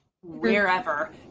wherever